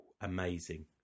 amazing